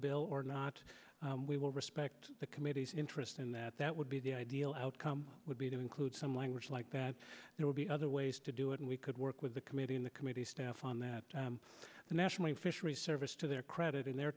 bill or not we will respect the committee's interest in that that would be the ideal outcome would be to include some language like that there would be other ways to do it and we could work with the committee in the committee staff on that the national fishery service to their credit in their